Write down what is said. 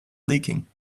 leaking